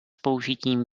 použitím